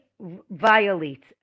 violates